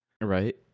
Right